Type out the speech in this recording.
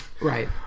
Right